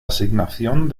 asignación